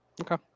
Okay